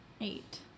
Eight